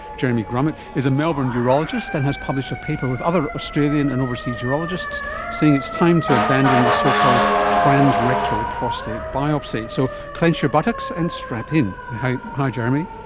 jeremy grummet is a melbourne urologist and has published a paper with other australian and overseas urologists saying it's time to abandon the so-called transrectal prostate biopsy. so clench your buttocks and strapping. hi hi jeremy.